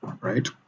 right